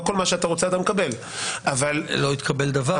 לא כל מה שאתה רוצה אתה מקבל --- לא התקבל דבר.